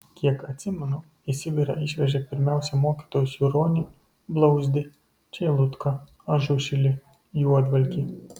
kiek atsimenu į sibirą išvežė pirmiausia mokytojus juronį blauzdį čeilutką ažušilį juodvalkį